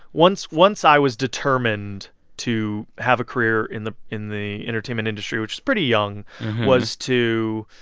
once once i was determined to have a career in the in the entertainment industry which is pretty young was to,